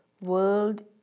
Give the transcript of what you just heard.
World